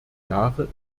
jahre